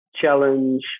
challenge